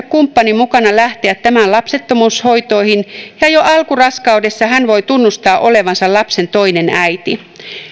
kumppanin mukana lähteä tämän lapsettomuushoitoihin ja jo alkuraskaudessa hän voi tunnustaa olevansa lapsen toinen äiti